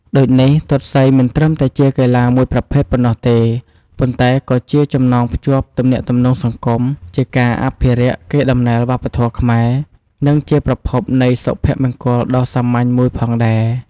ដូចនេះ ទាត់សីមិនត្រឹមតែជាកីឡាមួយប្រភេទប៉ុណ្ណោះទេ ប៉ុន្តែក៏ជាចំណងភ្ជាប់ទំនាក់ទំនងសង្គម ជាការអភិរក្សកេរដំណែលវប្បធម៌ខ្មែរ និងជាប្រភពនៃសុភមង្គលដ៏សាមញ្ញមួយផងដែរ។